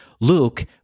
Luke